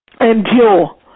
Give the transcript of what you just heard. endure